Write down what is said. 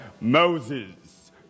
Moses